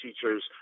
teachers